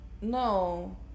No